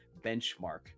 benchmark